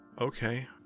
okay